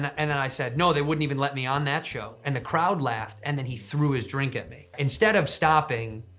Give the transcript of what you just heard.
and then i said, no, they wouldn't even let me on that show. and the crowd laughed and then he threw his drink at me. instead of stopping,